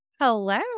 Hello